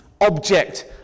object